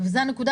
הנתונים